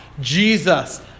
Jesus